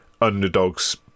underdogs